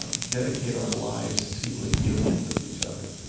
ah dedicate our lives to a union with each other